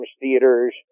theaters